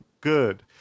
good